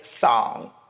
song